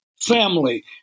family